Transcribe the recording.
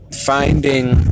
Finding